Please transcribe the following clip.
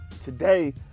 today